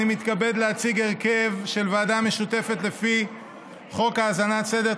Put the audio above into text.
אני מתכבד להציג הרכב של ועדה משותפת לפי חוק האזנת סתר,